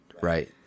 right